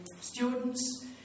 students